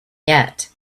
yet